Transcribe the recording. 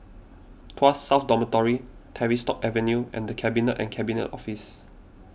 Tuas South Dormitory Tavistock Avenue and the Cabinet and Cabinet Office